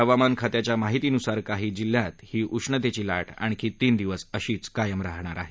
हवामान खात्याच्या माहितीनुसार काही जिल्ह्यात ही उष्णतेची लाट आणखी तीन दिवस अशीच कायम राहणार आहे